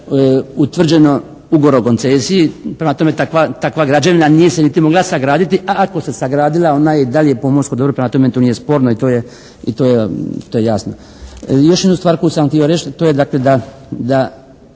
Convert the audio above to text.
utvrđeno ugovorom o koncesiji. Prema tome, takva građevina nije se niti mogla sagraditi, a ako se sagradila ona je i dalje pomorsko dobro. Prema tome, to nije sporno i to je jasno. Još jednu stvar koju sam htio reći, da